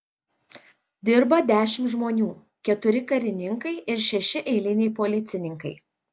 dirba dešimt žmonių keturi karininkai ir šeši eiliniai policininkai